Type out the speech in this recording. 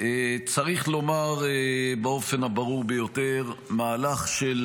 צריך לומר באופן הברור ביותר: מהלך של